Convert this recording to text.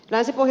länsi voi